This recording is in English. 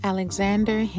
Alexander